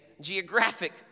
geographic